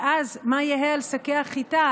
ואז מה יהיה על שקי החיטה,